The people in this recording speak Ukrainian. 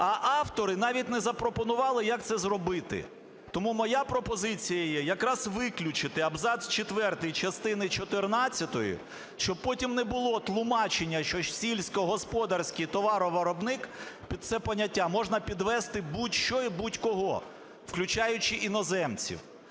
А автори навіть не запропонували, як це зробити. Тому моя пропозиція є якраз виключити абзац четвертий частини чотирнадцятої, щоб потім не було тлумачення, що "сільськогосподарський товаровиробник" - під це поняття можна підвести будь-що і будь-кого, включаючи іноземців.